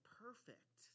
perfect